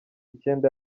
icyenda